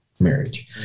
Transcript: marriage